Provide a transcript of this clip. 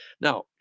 Now